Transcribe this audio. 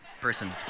person